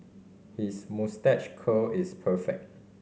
his moustache curl is perfect